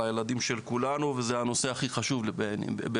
הילדים של כולנו וזה הנושא הכי חשוב בעיני.